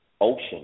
Ocean